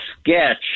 sketch